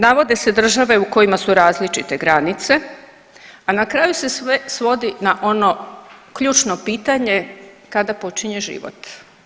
Navode se države u kojima su različite granice, a na kraju se svodi na ono ključno pitanje kada počinje život.